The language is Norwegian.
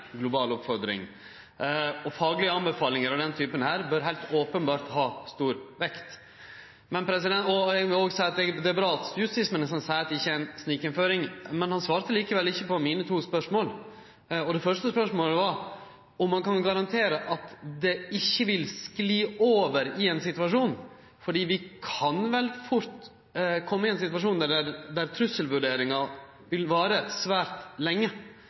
global oppfordring. Faglege anbefalingar av den typen her, bør heilt openbert ha stor vekt. Eg vil òg seie at det er bra at justisministeren seier at det ikkje er ei snikinnføring, men han svarte likevel ikkje på mine to spørsmål. Det første spørsmålet var om han kan garantere at det ikkje vil skli over i ein varig situasjon, for vi kan vel fort kome i ein situasjon der trusselvurderinga vil vare svært lenge.